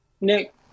Nick